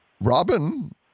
Robin